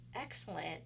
excellent